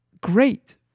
great